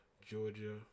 Georgia